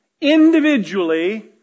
individually